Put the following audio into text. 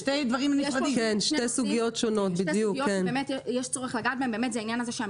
יש פה שתי סוגיות שונות שיש צורך לגעת בהן: זה שהמידה